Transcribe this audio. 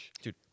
Dude